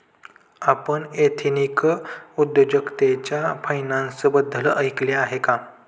आपण एथनिक उद्योजकतेच्या फायद्यांबद्दल ऐकले आहे का?